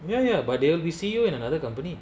ya ya but they'll be C_E_O in another company